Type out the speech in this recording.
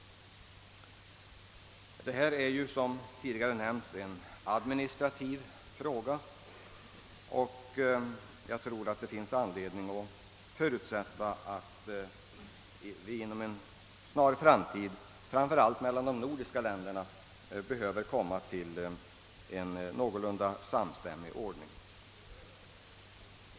Detta är ju som tidigare nämnts en administrativ fråga, och jag tror att det finns anledning att förutsätta att vi inom en snar framtid behöver komma fram till en någorlunda samstämmig ordning framför allt för de nordiska länderna.